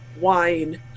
Wine